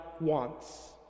wants